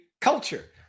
Culture